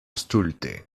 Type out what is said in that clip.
stulte